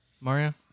Mario